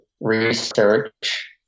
research